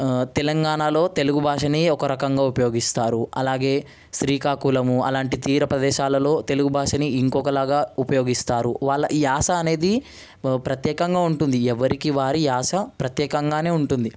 తెలంగాణాలో తెలుగు భాషని ఒక రకంగా ఉపయోగిస్తారు అలాగే శ్రీకాకుళము అలాంటి తీరా ప్రదేశాలలో తెలుగు భాషని ఇంకొకలాగా ఉపయోగిస్తారు వాళ్ళ ఈ యాస అనేది ప్రత్యేకంగా ఉంటుంది ఎవరికి వారే ఈ యాస ప్రత్యేకంగానే ఉంటుంది